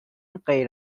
غیر